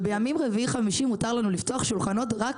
ובימים רביעי-חמישי מותר לנו לפתוח שולחנות רק